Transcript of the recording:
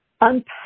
unpack